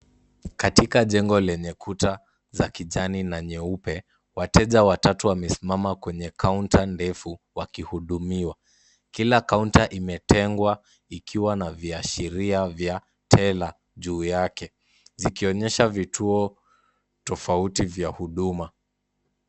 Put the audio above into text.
Katika jengo lenye kuta za kijani na nyeupe, wateja watatu wamesimama kwenye kaunta ndefu wakihudumiwa. Kila kaunta imetengwa ikiwa na viashiria vya teller juu yake. Zikionyesha vituo tofauti vya huduma.